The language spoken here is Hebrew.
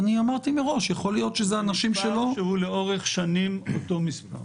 זה מספר שהוא לאורך שנים אותו מספר.